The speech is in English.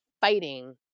fighting